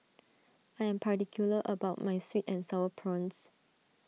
I am particular about my Sweet and Sour Prawns